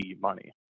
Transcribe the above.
money